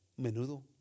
menudo